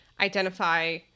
identify